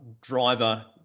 driver